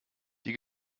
die